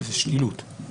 שזה שקילות.